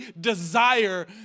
desire